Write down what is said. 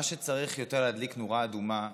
מה שצריך יותר להדליק נורה אדומה,